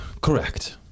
Correct